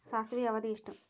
ಸಾಸಿವೆಯ ಅವಧಿ ಎಷ್ಟು?